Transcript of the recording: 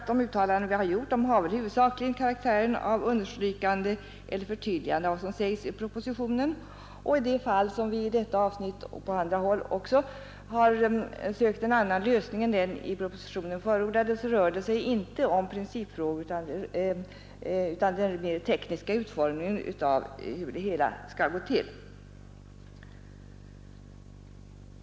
De uttalanden vi gjort har väl huvudsakligen karaktären av understrykande eller förtydligande av vad som sägs i propositionen. I de fall som vi i detta avsnitt och även på andra håll sökt nå en annan lösning än den i propositionen förordade rör det sig inte om principfrågor utan om den rent tekniska utformningen av hur det hela skall gå till.